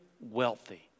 wealthy